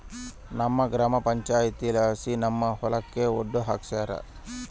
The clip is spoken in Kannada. ನಮ್ಮೂರ ಗ್ರಾಮ ಪಂಚಾಯಿತಿಲಾಸಿ ನಮ್ಮ ಹೊಲಕ ಒಡ್ಡು ಹಾಕ್ಸ್ಯಾರ